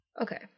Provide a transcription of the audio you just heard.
Okay